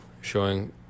showing